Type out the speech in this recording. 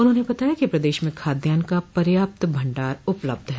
उन्होंने बताया कि प्रदेश में खाद्यान का पर्याप्त भंडार उपलब्ध है